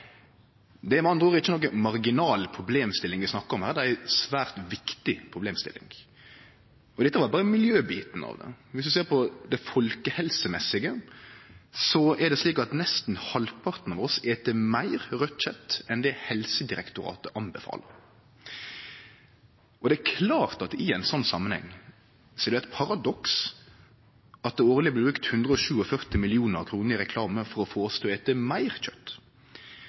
Det er med andre ord ikkje nokon marginal problemstilling vi snakkar om her – det er ei svært viktig problemstilling. Og dette er berre miljøbiten av det. Viss ein ser på det som gjeld folkehelsa, et nesten halvparten av oss meir raudt kjøt enn det Helsedirektoratet anbefaler. I ein sånn samanheng er det klart at det er eit paradoks at det årleg blir brukt 147 mill. kr i reklame for å få oss til å ete meir kjøt – det inkluderer den delen som Opplysningskontoret for egg og kjøtt